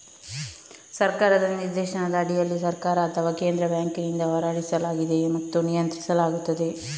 ಸರ್ಕಾರದ ನಿರ್ದೇಶನದ ಅಡಿಯಲ್ಲಿ ಸರ್ಕಾರ ಅಥವಾ ಕೇಂದ್ರ ಬ್ಯಾಂಕಿನಿಂದ ಹೊರಡಿಸಲಾಗಿದೆ ಮತ್ತು ನಿಯಂತ್ರಿಸಲಾಗುತ್ತದೆ